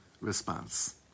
response